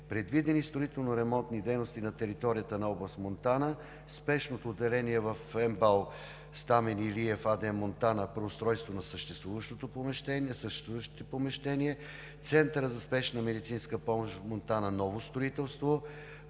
Предвидени строително-ремонтни дейности на територията на област Монтана: Спешното отделение в МБАЛ „Стамен Илиев“ АД – Монтана – преустройство на съществуващото помещение, Центъра за спешна медицинска помощ – Монтана – ново строителство,